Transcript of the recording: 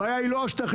הבעיה היא לא השטחים.